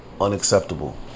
unacceptable